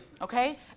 okay